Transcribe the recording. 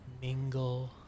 Mingle